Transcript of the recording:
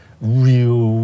real